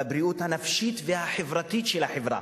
בבריאות הנפשית והחברתית של החברה.